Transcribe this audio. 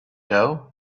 doe